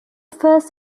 first